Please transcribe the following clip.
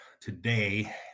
today